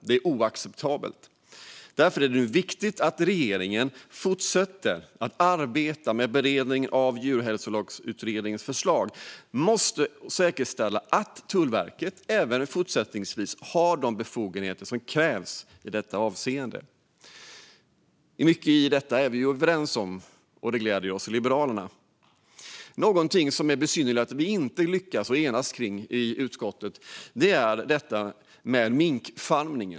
Det är oacceptabelt. Därför är det viktigt att regeringen nu fortsätter att arbeta med beredningen av Djurhälsolagsutredningens förslag. Man måste säkerställa att Tullverket även fortsättningsvis har de befogenheter som krävs i detta avseende. Mycket av detta är vi överens om, vilket gläder oss i Liberalerna. Något som det är besynnerligt att vi inte lyckas enas om i utskottet är detta med minkfarmning.